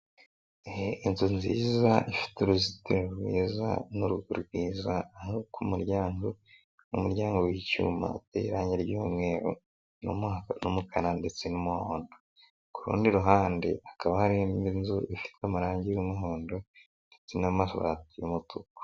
Inzu nziza ifite uruzitiro rwiza n'uru rwiza, ari ku muryango, umuryango w'icyuma irangi ry'umweru n'umukara ndetse n'umuhondo, ku rundi ruhande hakaba hari inzu ifite amarangi y'umuhondo ndetse n'amabati y'umutuku.